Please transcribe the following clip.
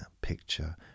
picture